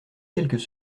quelques